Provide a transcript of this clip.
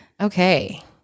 Okay